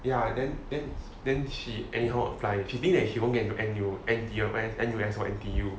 ya then then then she anyhow apply she think that she won't get into N_U~ N_T_U N_U_S or N_T_U